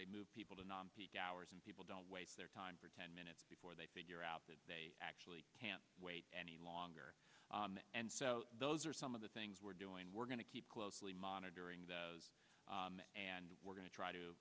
they move people to non peak hours and people don't waste their time for ten minutes before they figure out that they actually can't wait any longer and so those are some of the we're doing we're going to keep closely monitoring those and we're going to try to